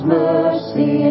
mercy